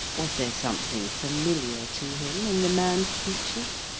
was there something familiar to him in the man's features?